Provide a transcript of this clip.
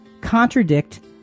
contradict